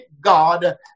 God